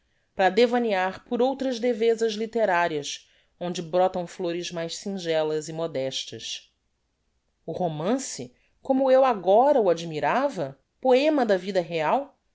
para devaneiar por outras devesas litterarias onde brotam flores mais singelas e modestas o romance como eu agora o admirava poema da vida real